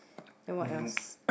then what else